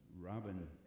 robin